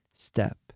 Step